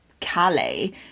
Calais